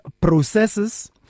processes